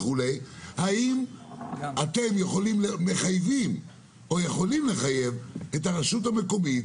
האם אתם יכולים לחייב את הרשות המקומית,